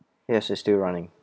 yes it's still running